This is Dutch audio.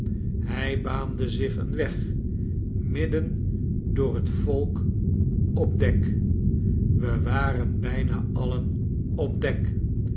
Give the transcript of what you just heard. hij baande zich een weg midden door t volk op dek we waren bijna alien op dek